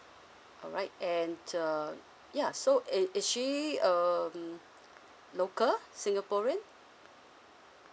alright and the ya so is is she um local singaporean